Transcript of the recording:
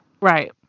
right